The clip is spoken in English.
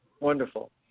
Wonderful